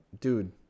dude